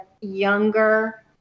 younger